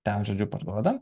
ten žodžiu parduoda